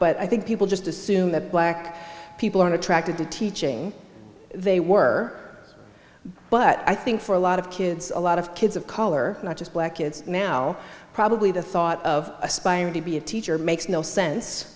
but i think people just assume that black people are attracted to teaching they were but i think for a lot of kids a lot of kids of color not just black kids now probably the thought of aspiring to be a teacher makes no sense